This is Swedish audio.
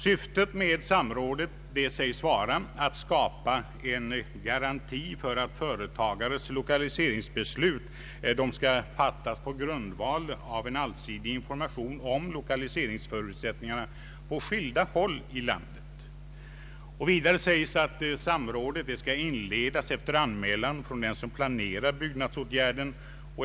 Syftet med samrådet sägs vara att skapa garanti för att företagares lokaliseringsbeslut fattas på grundval av allsidig information om = lokaliseringsförutsättningarna på skilda håll i landet. Vidare sägs att samrådet skall inledas efter anmälan från den som planerar byggnadsåtgärden.